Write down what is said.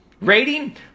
Rating